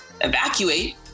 evacuate